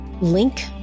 link